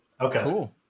Okay